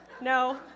No